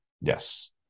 Yes